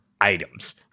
items